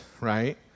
right